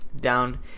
Down